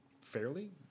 fairly